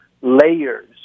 layers